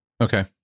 Okay